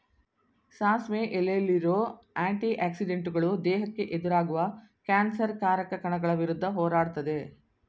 ಸಾಸಿವೆ ಎಲೆಲಿರೋ ಆಂಟಿ ಆಕ್ಸಿಡೆಂಟುಗಳು ದೇಹಕ್ಕೆ ಎದುರಾಗುವ ಕ್ಯಾನ್ಸರ್ ಕಾರಕ ಕಣಗಳ ವಿರುದ್ಧ ಹೋರಾಡ್ತದೆ